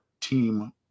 team